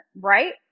right